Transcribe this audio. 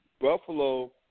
Buffalo